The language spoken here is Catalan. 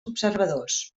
observadors